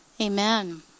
Amen